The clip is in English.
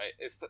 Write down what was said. right